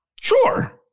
Sure